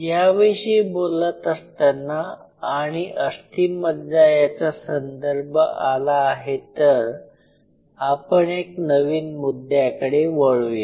या विषयी बोलत असतांना आणि अस्थिमज्जा याचा संदर्भ आला आहे तर आपण एक नवीन मुद्दयाकडे वळूया